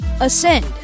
ascend